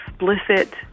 explicit